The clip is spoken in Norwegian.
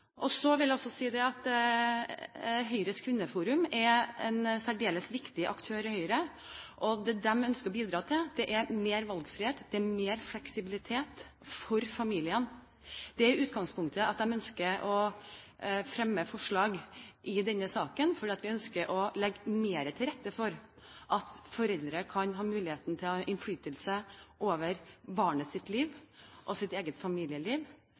Så vil jeg også si at Høyres Kvinneforum er en særdeles viktig aktør i Høyre, og det de ønsker å bidra til, er mer valgfrihet og mer fleksibilitet for familiene. Det er utgangspunktet for at vi ønsker å fremme forslag i denne saken. Vi ønsker å legge mer til rette for at foreldre kan ha mulighet til å ha innflytelse over barnets liv og sitt eget familieliv,